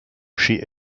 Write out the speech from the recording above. she